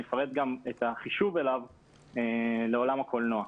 גם אפרט את החישוב לעולם הקולנוע.